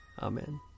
Amen